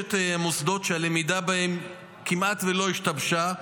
ושלושת המוסדות שהלמידה בהם כמעט לא השתבשה,